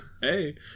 Hey